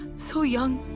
so young.